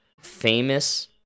famous